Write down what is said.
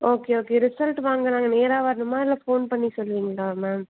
okay okay result வாங்க நாங்கள் நேராக வரணுமா இல்லை ஃபோன் பண்ணி சொல்லுவிங்களா மேம்